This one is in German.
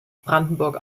brandenburg